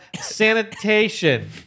sanitation